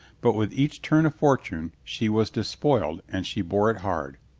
but with each turn of fortune she was despoiled and she bore it hard.